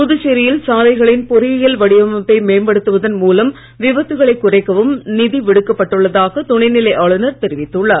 புதுச்சேரியில் சாலைகளின் பொறியியல் வடிவமைப்பை மேம்படுத்துவதன் மூலம் விபத்துக்களை குறைக்கவும் நிதி விடுவிக்கப்பட்டுள்ளதாக துணை நிலை ஆளுநர் தெரிவித்துள்ளார்